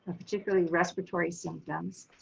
ah particularly respiratory symptoms.